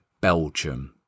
Belgium